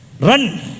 Run